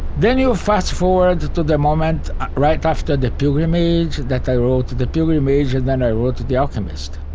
then you fast forward to the moment right after the pilgrimage that i wrote the pilgrimage, and then i wrote the the alchemist.